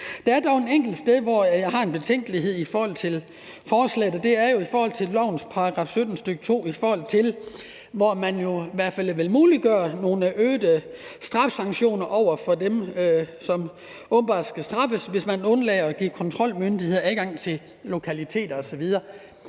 et enkelt sted, hvor jeg har en betænkelighed ved forslaget, og det er i forhold til lovens § 17, stk. 2, hvor man jo vil i hvert fald muliggøre nogle øgede straffesanktioner over for dem, som åbenbart skal straffes, hvis de undlader at give kontrolmyndigheder adgang til lokaliteter osv.